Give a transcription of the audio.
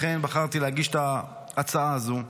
לכן בחרתי להגיש את ההצעה הזאת.